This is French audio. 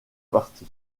parti